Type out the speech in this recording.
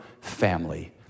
family